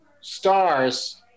stars